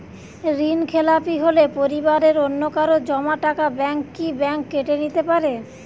ঋণখেলাপি হলে পরিবারের অন্যকারো জমা টাকা ব্যাঙ্ক কি ব্যাঙ্ক কেটে নিতে পারে?